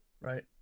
Right